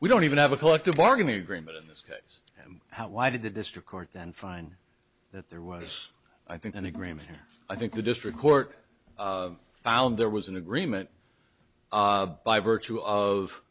we don't even have a collective bargaining agreement in this case and how why did the district court then find that there was i think an agreement i think the district court found there was an agreement by virtue of